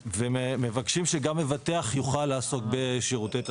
ומבקשים שגם מבטח יוכל לעסוק בשירותי תשלום.